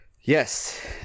Yes